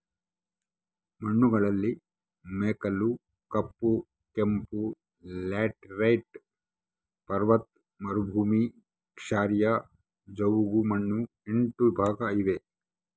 ಮಣ್ಣುಗಳಲ್ಲಿ ಮೆಕ್ಕಲು, ಕಪ್ಪು, ಕೆಂಪು, ಲ್ಯಾಟರೈಟ್, ಪರ್ವತ ಮರುಭೂಮಿ, ಕ್ಷಾರೀಯ, ಜವುಗುಮಣ್ಣು ಎಂಟು ಭಾಗ ಇವೆ